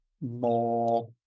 more